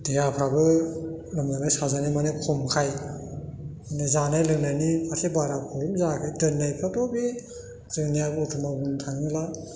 देहाफ्राबो लोमजानाय साजानाय खमखाय जानाय लोंनायनि फारसे बाराखौ जायाखै दोननायफ्राथ' बे जोंनिया बरथ'मान बुंनो थाङोब्ला